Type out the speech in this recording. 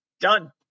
Done